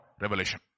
Revelation